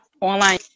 Online